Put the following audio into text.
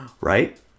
right